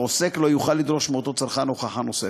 והעוסק לא יוכל לדרוש מאותו צרכן הוכחה נוספת.